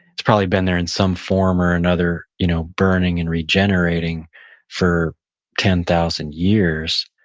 it's probably been there in some form or another, you know burning and regenerating for ten thousand years,